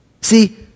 See